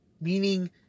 meaning